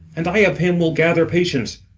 and i of him will gather patience.